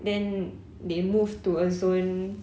then they moved to a zone